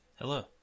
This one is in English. Hello